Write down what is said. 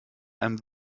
einem